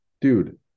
dude